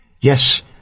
Yes